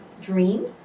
dream